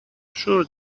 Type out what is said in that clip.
sure